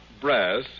brass